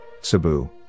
Cebu